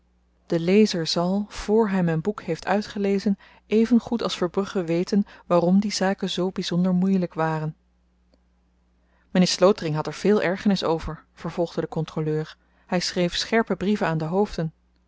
de lezer zal vr hy myn boek heeft uitgelezen even goed als verbrugge weten waarom die zaken zoo byzonder moeielyk waren mynheer slotering had er veel ergernis over vervolgde de kontroleur hy schreef scherpe brieven aan de hoofden